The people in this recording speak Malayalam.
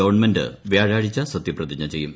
ഗവൺമെന്റ് വ്യാഴാഴ്ച സത്യപ്രതിജ്ഞ ചെയ്യും